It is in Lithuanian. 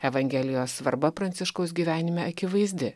evangelijos svarba pranciškaus gyvenime akivaizdi